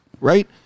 Right